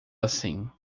assim